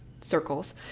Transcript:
circles